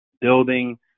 building